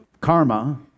karma